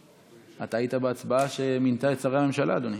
אתה היית בהצבעה שמינתה את שרי הממשלה, אדוני.